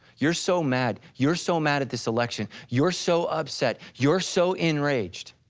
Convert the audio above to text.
you're so mad, you're so mad at this election, you're so upset, you're so enraged,